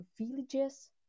villages